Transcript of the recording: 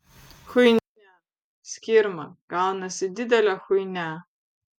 chuinia skirma gaunasi didelė chuinia